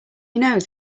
knows